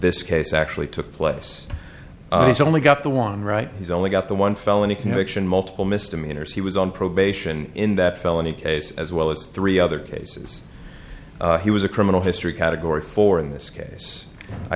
this case actually took place he's only got the one right he's only got the one felony conviction multiple misdemeanors he was on probation in that felony case as well as three other cases he was a criminal history category four in this case i